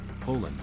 Poland